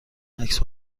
عکس